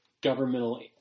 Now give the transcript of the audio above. governmental